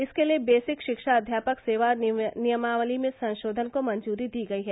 इसके लिए वेसिक शिक्षा अध्यापक सेवा नियमावली में संशोधन को मंजूरी दी गयी है